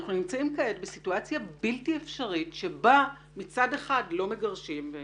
אנחנו נמצאים כאן בסיטואציה בלתי אפשרית שבה מצד אחד לא מגרשים את